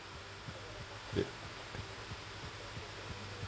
it